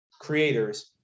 creators